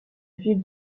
ville